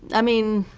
i mean,